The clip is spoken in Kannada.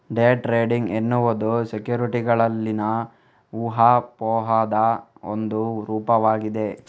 ಡೇ ಟ್ರೇಡಿಂಗ್ ಎನ್ನುವುದು ಸೆಕ್ಯುರಿಟಿಗಳಲ್ಲಿನ ಊಹಾಪೋಹದ ಒಂದು ರೂಪವಾಗಿದೆ